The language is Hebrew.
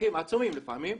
במרחקים עצומים לפעמים,